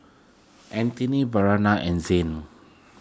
Antony Bryana and Zane